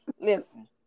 listen